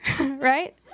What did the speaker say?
right